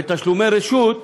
ואת תשלומי הרשות,